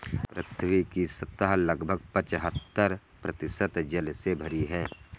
पृथ्वी की सतह लगभग पचहत्तर प्रतिशत जल से भरी है